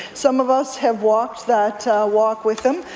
some of us have walked that walk with him.